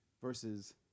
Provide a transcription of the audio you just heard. versus